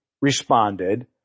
responded